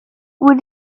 with